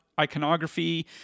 iconography